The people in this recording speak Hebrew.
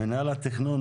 מינהל התכנון,